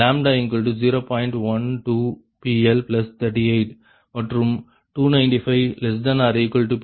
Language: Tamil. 12 PL38 மற்றும் 295≤PL≤310 காக λ0